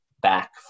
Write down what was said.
back